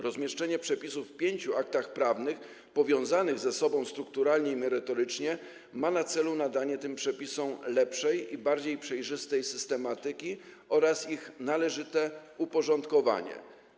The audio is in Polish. Rozmieszczenie przepisów w pięciu aktach prawnych powiązanych ze sobą strukturalnie i merytorycznie ma na celu nadanie tym przepisom lepszej i bardziej przejrzystej systematyki oraz ich należyte uporządkowanie.